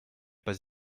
pas